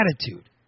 attitude